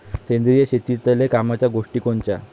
सेंद्रिय शेतीतले कामाच्या गोष्टी कोनच्या?